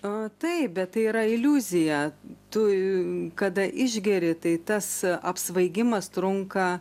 o taip bet tai yra iliuzija tu kada išgeri tai tas apsvaigimas trunka